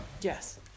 Yes